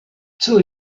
zur